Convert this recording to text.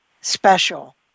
special